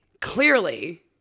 Clearly